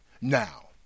Now